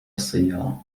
السيارة